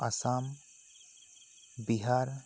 Assam Bihar